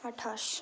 আঠাশ